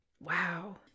Wow